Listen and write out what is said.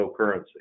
cryptocurrency